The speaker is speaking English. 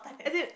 as in